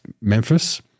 Memphis